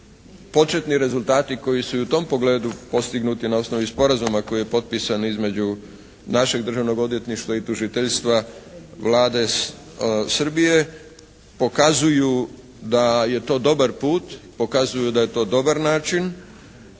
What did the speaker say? početni rezultati koji su i u tom pogledu postignuti na osnovi sporazuma koji je potpisan između našeg Državnog odvjetništva i tužiteljstva Vlade Srbije pokazuju da je to dobar put, pokazuju da je to dobar način